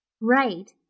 Right